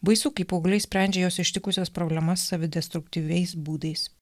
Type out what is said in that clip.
baisu kai paaugliai sprendžia juos ištikusias problemas savidestruktyviais būdais